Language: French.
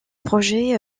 projet